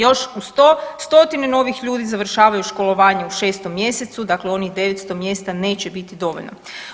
Još uz to stotine novih ljudi završavaju školovanje u 6. mjesecu dakle onih 900 mjesta neće biti dovoljno.